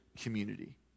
community